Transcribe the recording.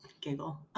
giggle